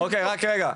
שזה יהיה ברור.